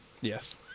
yes